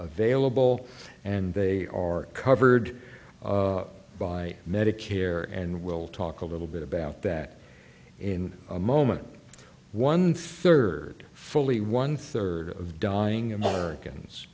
available and they are covered by medicare and we'll talk a little bit about that in a moment one third fully one third of dying americans